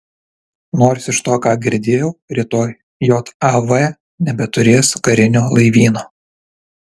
nors iš to ką girdėjau rytoj jav nebeturės karinio laivyno